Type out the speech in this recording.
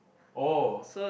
oh